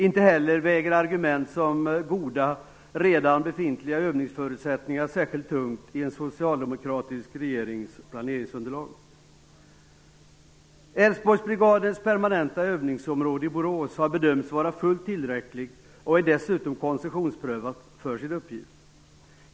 Inte heller väger argument som goda, redan befintliga övningsförutsättningar särskilt tungt i en socialdemokratisk regerings planeringsunderlag. Borås har bedömts vara fullt tillräckligt och är dessutom koncessionsprövat för sin uppgift.